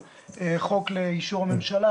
אנחנו נביא הצעה לממשלה,